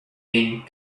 being